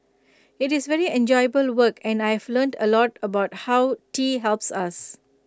IT is very enjoyable work and I've learnt A lot about how tea helps us